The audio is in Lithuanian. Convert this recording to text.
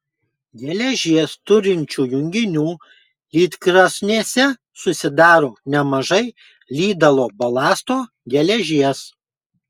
geležies turinčių junginių lydkrosnėse susidaro nemažai lydalo balasto geležies